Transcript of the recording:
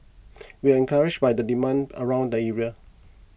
we are encouraged by the demand around the area